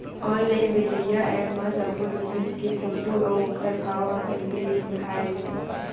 online बेचइया app म सब्बो जिनिस के फोटू अउ ओखर भाव ह पहिली ले लिखाए रहिथे